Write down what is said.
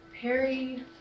Perry